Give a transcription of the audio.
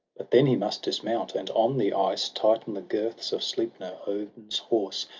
but then he must dismount, and on the ice tighten the girths of sleipner, odin's horse,